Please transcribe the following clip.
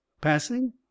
Passing